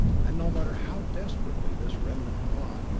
and no matter how desperately this remnant fought,